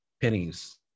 pennies